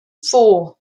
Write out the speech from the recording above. four